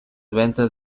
ventas